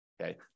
okay